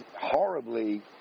horribly